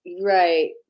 right